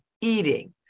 eating